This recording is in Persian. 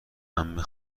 عمه